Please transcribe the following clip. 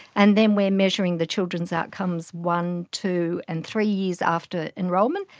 and then we are measuring the children's outcomes one, two and three years after enrolment,